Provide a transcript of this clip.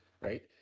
right